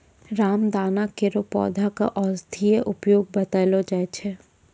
रामदाना केरो पौधा क औषधीय उपयोग बतैलो जाय छै